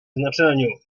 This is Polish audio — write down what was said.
znaczeniu